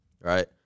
right